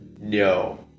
No